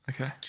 Okay